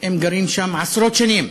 הם גרים שם עשרות שנים.